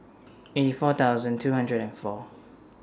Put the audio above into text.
eighty four thousand two hundred and four